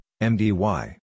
mdy